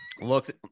looks